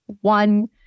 one